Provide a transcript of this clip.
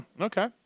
Okay